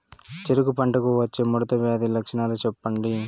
చెరుకు పంటకు వచ్చే ముడత వ్యాధి లక్షణాలు చెప్పండి?